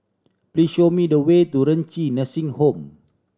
please show me the way to Renci Nursing Home